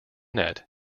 net